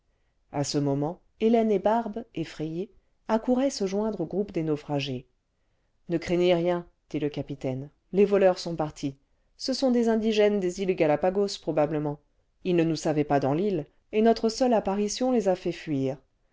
a ce moment hélène et barbe effrayées accouraient se joindre au groupe des naufragés ce ne craignez rien dit le capitaine les voleurs sont partis ce sont des indigènes des îles gallapagos probablement ils ne nous savaient pas dans l'île et notre seule apparition les a fait fuir